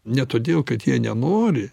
ne todėl kad jie nenori